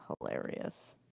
hilarious